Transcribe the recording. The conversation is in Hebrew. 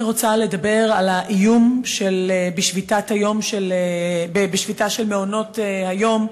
אני רוצה לדבר על האיום בשביתה של מעונות היום